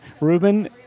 Ruben